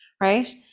Right